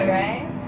right